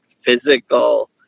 physical